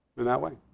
in that way.